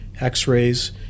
x-rays